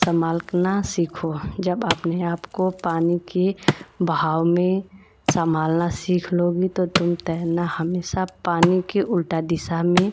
सम्भालना सीखो जब अपने आपको पानी के बहाव में सम्भालना सीख लोगी तो तुम तैरना हमेशा पानी के उलटा दिशा में